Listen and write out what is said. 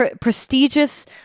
prestigious